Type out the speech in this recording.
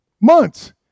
Months